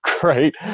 great